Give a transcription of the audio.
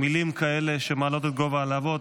מילים כאלה שמעלות את גובה הלהבות.